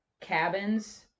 cabins